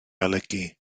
olygu